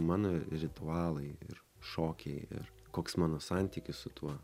mano ritualai ir šokiai ir koks mano santykis su tuo